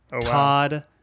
Todd